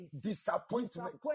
Disappointment